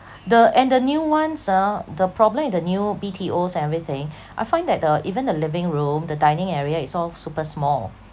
the and the new ones ah the problem with the new B_T_Os and everything I find that the even the living room the dining area is all super small